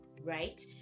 right